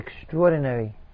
extraordinary